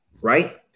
Right